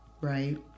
right